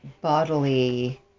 bodily